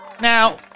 now